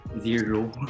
Zero